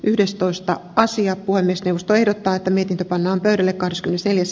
yhdestoista karsia puhemiesneuvosto ehdottaa niitä pannaan pöydälle kahdeskymmenesneljäs